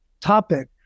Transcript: topic